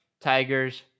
Tigers